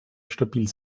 stabil